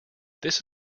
this